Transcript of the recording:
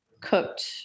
cooked